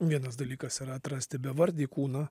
vienas dalykas yra atrasti bevardį kūną